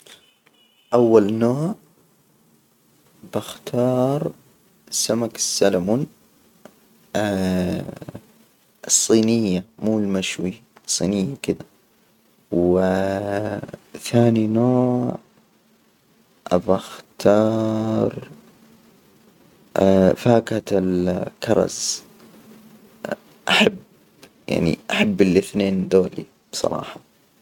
أول نوع، بختار السمك السلمون. الصينية مو المشوي، صينية كدا، و ثاني نوع، أبغى اختار؟ فاكهة ال كرز، أحب يعني أحب الإثنين دولي بصراحة.